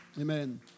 Amen